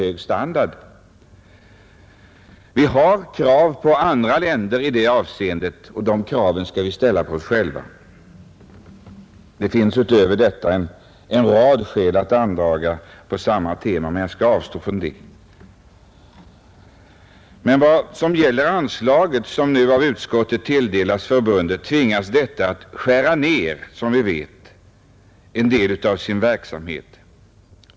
Vi ställer i det avseendet krav på andra länder; vi skall ställa samma krav på oss själva. Utöver det anförda skulle en rad andra skäl också kunna andragas på samma tema, men jag skall avstå från det. Vad gäller det anslag till Svenska turisttrafikförbundet som utskottet har tillstyrkt är det som vi vet av en storleksordning, som tvingar förbundet att skära ned en del av sin verksamhet.